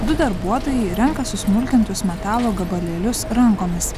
du darbuotojai renka susmulkintus metalo gabalėlius rankomis